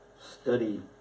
study